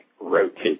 rotate